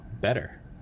better